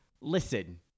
listen